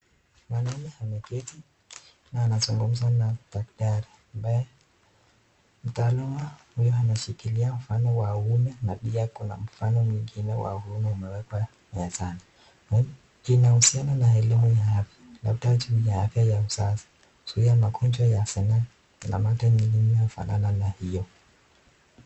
Mwanaume ameketi na anazungumza na daktari ambaye mtaalamu huyu anashikilia mfano wa umeme na pia kuna mfano mwingine wa umeme umewekwa mezani. Hii inahusiana na elimu ya afya labda juu ya afya ya uzazi, kuzuia magonjwa ya zinaa, mathara nyingi inafanana na hiyo.